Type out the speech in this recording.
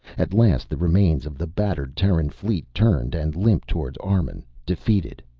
at last the remains of the battered terran fleet turned and limped toward armun defeated.